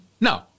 No